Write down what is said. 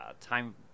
time